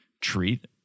Treat